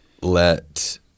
let